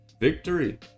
victory